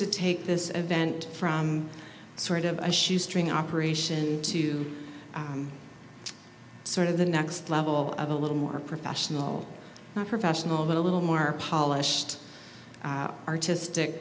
to take this event from sort of a shoestring operation to sort of the next level a little more professional not professional but a little more polished artistic